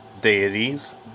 deities